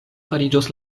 fariĝos